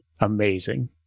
Amazing